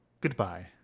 goodbye